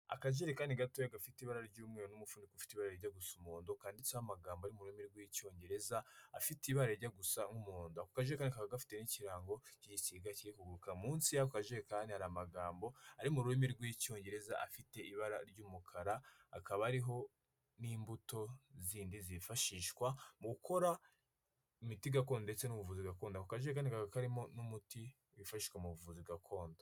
Akajerekani gatoya gafite ibara ry'umweru n'umufuniko ufite ibara ryijya gusa umuhondo kanditseho amagambo ari mu rurimi rw'icyongereza, afite ibara rijya gusa n'umuhondo. Ako kajerekani kakaba gafiteho ikirango k'igisiga kiri kuguruka, munsi y'ako kajerekani kandi hari amagambo ari mu rurimi rw'icyongereza afite ibara ry'umukara akaba ariho n'imbuto zindi zifashishwa mu gukora imiti gakondo ndetse n'ubuvuzi gakondo ako kajerekani kakaba karimo n'umuti wifashishwa mu buvuzi gakondo.